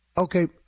Okay